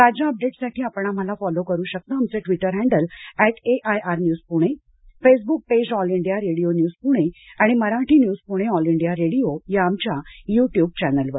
ताज्या अपडेट्ससाठी आपण आम्हाला फॉलो करू शकता आमचं Twitter handle at AIR news Pune Facebook page All India Radio news Pune आणि Marathi news Pune All India Radio या आमच्या यट्यूब चॅनेलवर